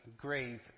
grave